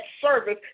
service